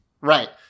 Right